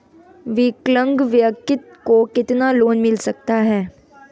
विकलांग व्यक्ति को कितना लोंन मिल सकता है?